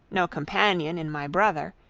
no companion in my brother,